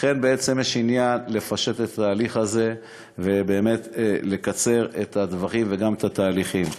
לכן יש עניין לפשט את התהליך הזה ולקצר את הטווחים וגם את התהליכים.